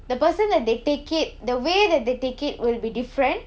the person that they take it the way that they take it will be different